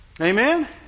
Amen